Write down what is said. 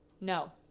no